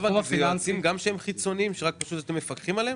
אלה יועצים חיצוניים שרק אתם מפקחים עליהם?